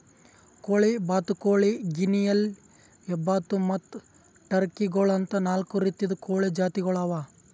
ಕೋಳಿ, ಬಾತುಕೋಳಿ, ಗಿನಿಯಿಲಿ, ಹೆಬ್ಬಾತು ಮತ್ತ್ ಟರ್ಕಿ ಗೋಳು ಅಂತಾ ನಾಲ್ಕು ರೀತಿದು ಕೋಳಿ ಜಾತಿಗೊಳ್ ಅವಾ